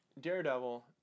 Daredevil